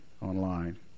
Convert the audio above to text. online